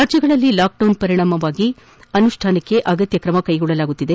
ರಾಜ್ಯಗಳಲ್ಲಿ ಲಾಕ್ಡೌನ್ ಪರಿಣಾಮಕಾರಿ ಅನುಷ್ಥಾನಕ್ಕೆ ಅಗತ್ಯ ಕ್ರಮ ಕೈಗೊಳ್ಳಲಾಗುತ್ತಿದೆ